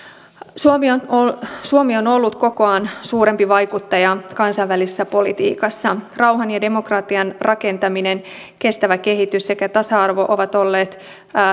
suomi on ollut kokoaan suurempi vaikuttaja kansainvälisessä politiikassa rauhan ja demokratian rakentaminen kestävä kehitys sekä tasa arvo ovat olleet